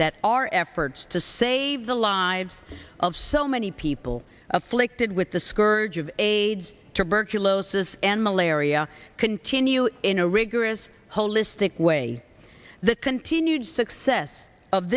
that our efforts to save the lives of so many people afflicted with the scourge of aids tuberculosis and malaria continue in a rigorous holistic way the continued success of